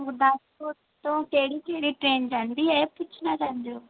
ਗੁਰਦਾਸਪੁਰ ਤੋਂ ਕਿਹੜੀ ਕਿਹੜੀ ਟਰੇਨ ਜਾਂਦੀ ਹੈ ਇਹ ਪੁੱਛਣਾ ਚਾਹੁੰਦੇ ਹੋ